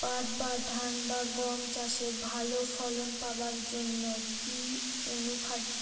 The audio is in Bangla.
পাট বা ধান বা গম চাষে ভালো ফলন পাবার জন কি অনুখাদ্য